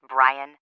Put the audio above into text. Brian